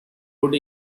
would